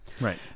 Right